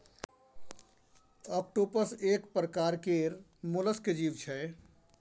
octopus एक परकार केर मोलस्क जीव छै